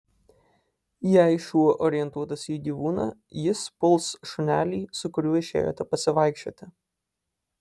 jei šuo orientuotas į gyvūną jis puls šunelį su kuriuo išėjote pasivaikščioti